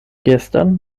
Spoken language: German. gestern